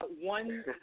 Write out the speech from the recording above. One